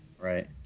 Right